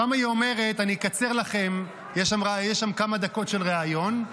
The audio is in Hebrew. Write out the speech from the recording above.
אני אקצר לכם, יש שם כמה דקות של ריאיון.